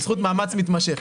בזכות מאמץ מתמשך.